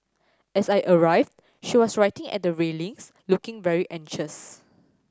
as I arrived she was writing at the railings looking very anxious